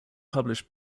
published